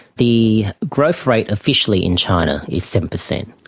the growth rate officially in china is seven percent.